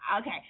okay